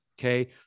Okay